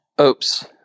Oops